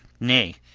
nay,